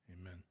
Amen